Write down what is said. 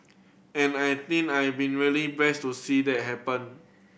and I think I've been really blessed to see that happen